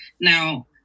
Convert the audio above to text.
Now